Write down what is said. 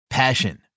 Passion